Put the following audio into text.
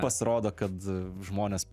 pasirodo kad žmonės